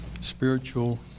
spiritual